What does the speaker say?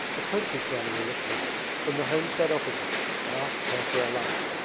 approaches granny ulitka from the homestead opposite and asks her for a light.